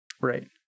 Right